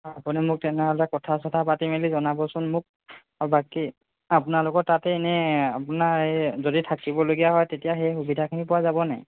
আপুনি মোক তেনেহ'লে কথা চথা পাতি মেলি জনাবচোন মোক আৰু বাকী আপোনালোকৰ তাতে এনে আপোনাৰ এ যদি থাকিবলগীয়া হয় তেতিয়া সেই সুবিধাখিনি পোৱা যাব নাই